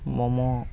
momo